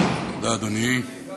אדוני, תודה,